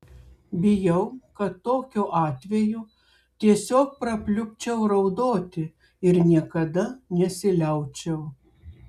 bijau kad tokiu atveju tiesiog prapliupčiau raudoti ir niekada nesiliaučiau